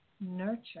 Nurture